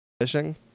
fishing